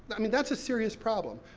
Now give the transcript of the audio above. i mean, that's a serious problem,